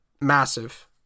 massive